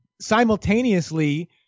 simultaneously